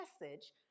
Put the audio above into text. message